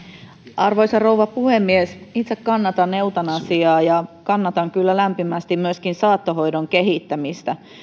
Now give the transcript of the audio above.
arvoisa rouva puhemies itse kannatan eutanasiaa ja kannatan kyllä lämpimästi myöskin saattohoidon kehittämistä